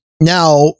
now